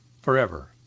forever